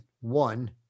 one